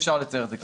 אפשר לתאר את זה כך.